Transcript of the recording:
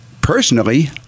personally